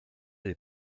des